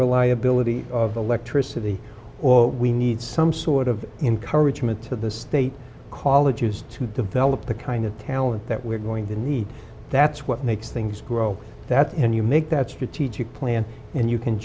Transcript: reliability of the electricity or we need some sort of encouragement to the state college used to develop the kind of talent that we're going to need that's what makes things grow that and you make that strategic plan and you can